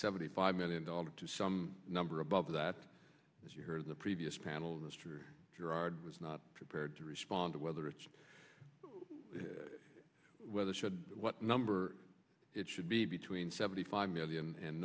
seventy five million dollars to some number above that as you heard in the previous panel mr girard was not prepared to respond whether it's whether should what number it should be between seventy five million and